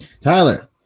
Tyler